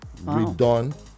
redone